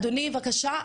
אדוני, בבקשה,